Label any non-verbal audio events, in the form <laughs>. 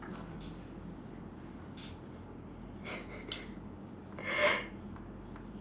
<laughs>